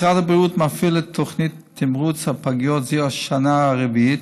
משרד הבריאות מפעיל את תוכנית תמרוץ הפגיות זו השנה הרביעית.